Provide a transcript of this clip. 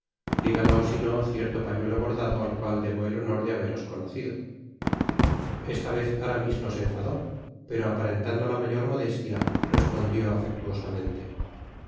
blasones digalo sino cierto pañuelo bordado al cual debo el honor de haberos conocido esta vez aramis no se enfadó pero aparentando la mayor modestia respondió afectuosamente